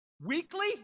weekly